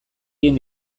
egin